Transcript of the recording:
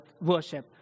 worship